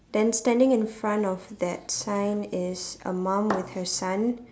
then standing in front of that sign is a mum with her son